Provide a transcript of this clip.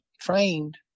trained